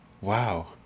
Wow